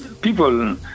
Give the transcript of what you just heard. people